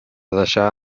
deixar